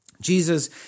Jesus